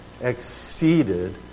exceeded